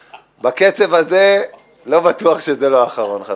בקצב הזה לא בטוח שזה לא האחרון.